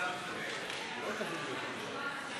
זה נכון שאתה כל הזמן באופוזיציה,